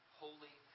holy